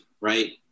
right